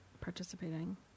participating